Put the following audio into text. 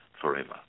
forever